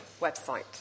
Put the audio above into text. website